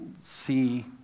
see